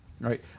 Right